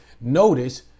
notice